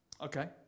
Okay